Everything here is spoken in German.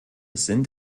sind